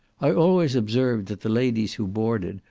i always observed that the ladies who boarded,